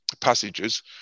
passages